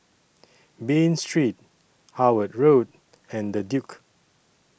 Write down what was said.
Bain Street Howard Road and The Duke